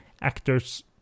actors